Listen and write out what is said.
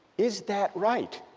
is that right?